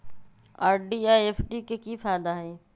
RD आ FD के कि फायदा हई?